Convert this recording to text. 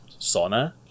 sauna